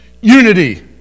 unity